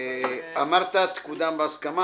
אמרת: "תקודם בהסכמה.